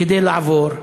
כדי לעבור,